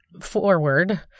forward